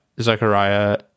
Zechariah